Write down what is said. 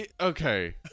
Okay